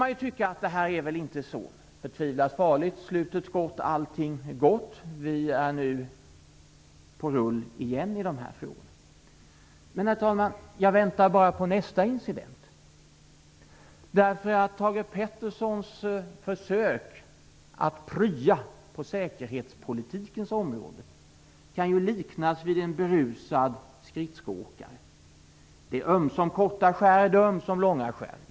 Man kan tycka att det här inte är så förtvivlat farligt - slutet gott allting gott, och vi är nu "på rull" igen i de här frågorna. Men jag väntar bara på nästa incident, herr talman. Thage Petersons försök att prya på säkerhetspolitikens område kan ju liknas vid en berusad skridskoåkare. Det är ömsom korta skär och ömsom långa skär.